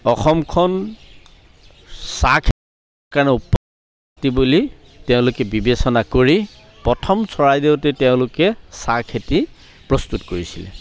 অসমখন চাহ খেতিৰ কাৰণে উপযুক্ত বুলি তেওঁলোকে বিবেচনা কৰি প্ৰথম চৰাইদেউতে তেওঁলোকে চাহ খেতি প্ৰস্তুত কৰিছিলে